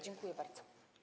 Dziękuję bardzo.